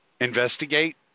investigate